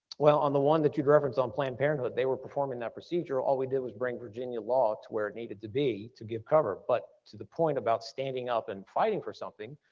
well on the one that you'd references on planned parenthood, they were performing that procedure all we did was bring virginia law to where it needed to be to give cover, but to the point about standing up and fighting for something,